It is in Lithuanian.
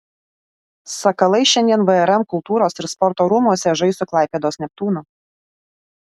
sakalai šiandien vrm kultūros ir sporto rūmuose žais su klaipėdos neptūnu